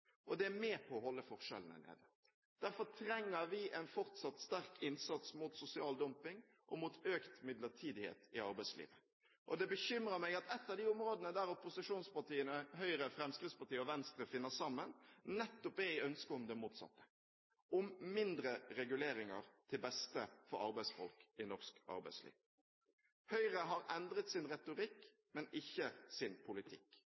og det er med på å holde forskjellene nede. Derfor trenger vi en fortsatt sterk innsats mot sosial dumping og mot økt midlertidighet i arbeidslivet. Det bekymrer meg at et av de områdene der opposisjonspartiene, Høyre, Fremskrittspartiet og Venstre, finner sammen, nettopp er i ønsket om det motsatte – om mindre reguleringer til beste for arbeidsfolk i norsk arbeidsliv. Høyre har endret sin retorikk, men ikke sin politikk.